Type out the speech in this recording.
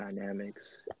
dynamics